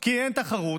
כי אין תחרות,